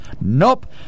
Nope